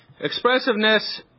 Expressiveness